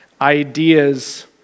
ideas